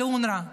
על אונר"א.